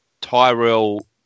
Tyrell